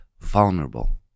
vulnerable